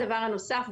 הדבר הנוסף.